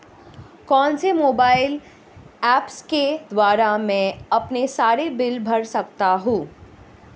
कौनसे mobile apps के द्वारा मैं अपने सारे बिल भर सकता हूं?